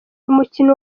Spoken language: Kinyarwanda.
umukino